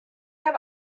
have